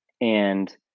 and-